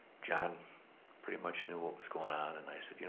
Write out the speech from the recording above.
john pretty much knew what was goin' on, and i said, you know